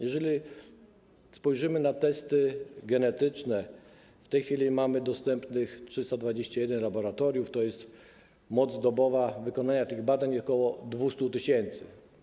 Jeżeli spojrzymy na testy genetyczne, w tej chwili mamy dostępnych 321 laboratoriów, tj. moc dobowa wykonania tych badań wynosi ok. 200 tys.